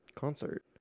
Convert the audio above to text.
concert